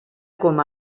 com